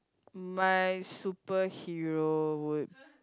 my superhero would